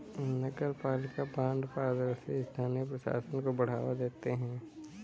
नगरपालिका बॉन्ड पारदर्शी स्थानीय प्रशासन को बढ़ावा देते हैं